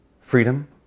freedom